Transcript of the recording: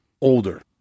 older